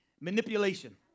Manipulation